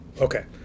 Okay